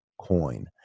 coin